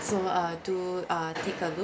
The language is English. so uh do uh take a look